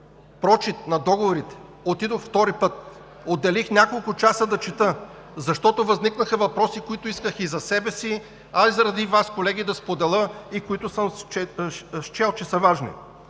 прочит на договорите – отидох втори път, отделих няколко часа да чета, защото възникнаха въпроси, които исках и за себе си, а и заради Вас, колеги, да споделя и които съм счел, че са важни.